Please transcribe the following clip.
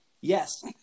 Yes